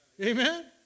Amen